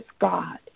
God